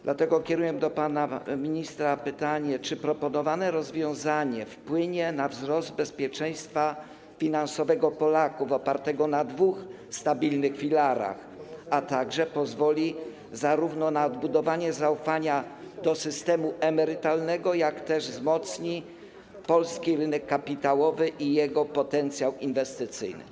Dlatego kieruję do pana ministra pytanie, czy proponowane rozwiązanie wpłynie na wzrost bezpieczeństwa finansowego Polaków opartego na dwóch stabilnych filarach, a także pozwoli na zarówno odbudowanie zaufania do systemu emerytalnego, jak i wzmocnienie polskiego rynku kapitałowego i jego potencjału inwestycyjnego.